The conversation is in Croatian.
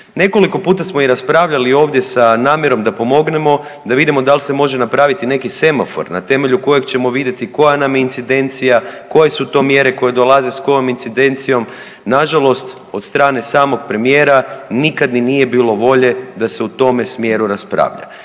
Nekoliko puta smo i raspravljali ovdje sa namjerom da pomognemo, da vidimo da li se može napraviti neki semafor na temelju kojeg ćemo vidjeti koja nam je incidencija, koje su to mjere koje dolaze s kojom incidencijom. Nažalost od strane samog premijera nikad i nije bilo volje da se u tome smjeru raspravlja.